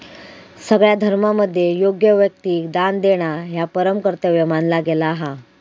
सगळ्या धर्मांमध्ये योग्य व्यक्तिक दान देणा ह्या परम कर्तव्य मानला गेला हा